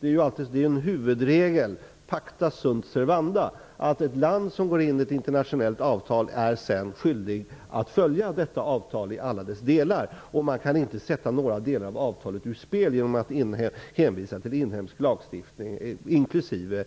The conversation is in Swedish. Det är ju en huvudregel -- pacta sunt servanda -- att ett land som går in i ett internationellt avtal sedan är skyldigt att följa detta avtal i alla dess delar. Man kan inte sätta några delar av avtalet ur spel genom att hänvisa till inhemsk lagstiftning, inklusive